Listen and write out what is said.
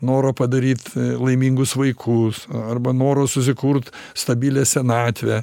noro padaryt laimingus vaikus arba noro susikurt stabilią senatvę